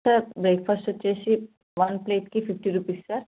sir breakfast వచ్చేసి one ప్లేట్కి fifty rupees sir